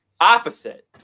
opposite